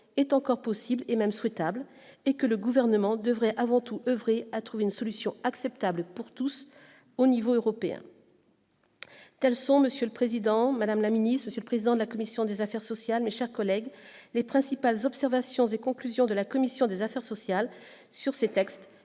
est encore possible et même souhaitable et que le gouvernement devrait avant tout oeuvrer à trouver une solution acceptable pour tous au niveau européen. Quelles sont, monsieur le Président, Madame la Ministre, Monsieur le Président de la commission des Affaires sociales, mes chers collègues, les principales observations et conclusions de la commission des affaires sociales sur ces textes